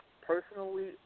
personally